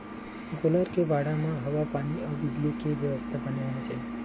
गोल्लर के बाड़ा म हवा पानी अउ बिजली के बेवस्था बने होना चाही